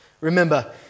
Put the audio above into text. Remember